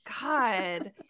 God